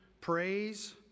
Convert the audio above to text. praise